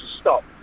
stop